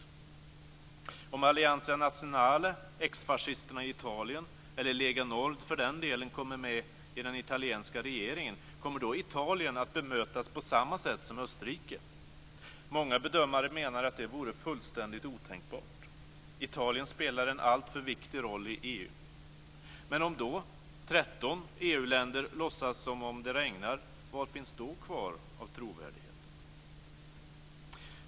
Kommer Italien att bemötas på samma sätt som Österrike om Alleanza Nazionale, exfascisterna i Italien, eller för den delen Lega Nord kommer med i den italienska regeringen? Många bedömare menar att det vore fullständigt otänkbart. Italien spelar en alltför viktig roll i EU. Men vad finns kvar av trovärdigheten om 13 EU-länder då låtsas som om det regnar?